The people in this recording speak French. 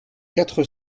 quatre